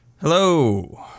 Hello